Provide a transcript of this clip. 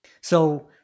So-